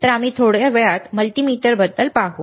तर आम्ही थोड्या वेळात मल्टीमीटर बद्दल पाहू